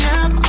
up